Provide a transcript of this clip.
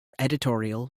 editorial